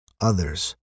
others